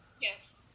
yes